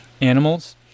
animals